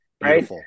right